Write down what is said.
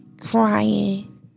crying